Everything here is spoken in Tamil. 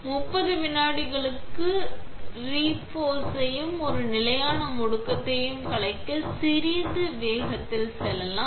எனவே 30 விநாடிகளுக்கு 30 விநாடிகளில் ரிப்பேர்ஸையும் ஒரு நிலையான முடுக்கத்தையும் கலைக்க சிறிது வேகத்தில் சொல்லலாம்